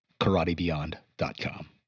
KarateBeyond.com